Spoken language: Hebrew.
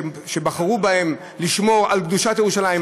שבחרו בהם לשמור על קדושת ירושלים,